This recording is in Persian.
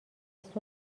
صبح